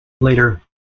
later